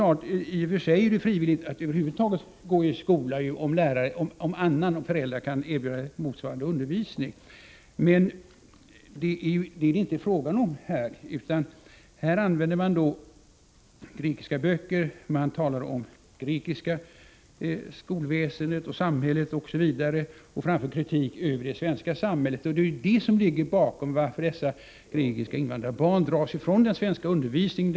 I och för sig är det ju över huvud taget frivilligt att gå i skola, om andra än föräldrar kan erbjuda motsvarande undervisning. Men det är inte fråga om detta, utan här använder man grekiska böcker, man talar om det grekiska skolväsendet, det grekiska samhället osv. och framför kritik mot det svenska samhället. Det är detta som ligger bakom att dessa grekiska invandrarbarn drar sig ifrån den svenska undervisningen.